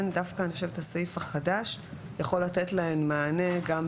דווקא אני חושבת הסעיף החדש יכול לתת להן מענה גם בזה